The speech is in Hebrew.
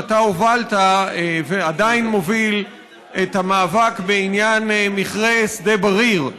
שאתה הובלת ועדיין מוביל את המאבק בעניין מכרה שדה בריר,